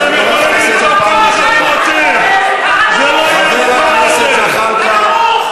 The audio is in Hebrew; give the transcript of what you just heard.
חבר הכנסת גטאס, אני קורא אותך לסדר פעם ראשונה.